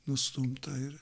nustumta ir